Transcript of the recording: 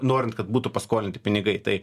norint kad būtų paskolinti pinigai tai